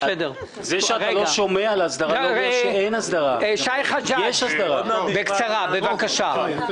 שמישהו גר בבית שלו 20 שנה,